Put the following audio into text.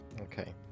Okay